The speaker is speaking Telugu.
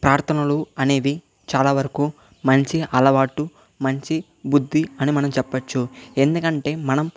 ప్రార్థనలు అనేవి చాలావరకు మంచి అలవాటు మంచి బుద్ధి అని మనం చెప్పొచ్చు ఎందుకంటే మనం